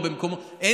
או במקום אחר.